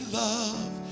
love